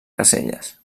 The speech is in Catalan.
caselles